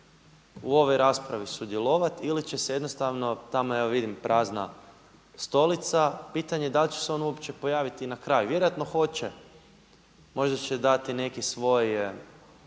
u ovoj raspravi sudjelovati ili će se jednostavno tamo evo vidim prazna stolica, pitanje je da li će se on uopće pojaviti i na kraju. Vjerojatno hoće, možda će dati neki svoj